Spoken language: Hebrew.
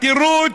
התירוץ: